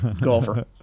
golfer